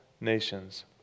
nations